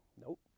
Nope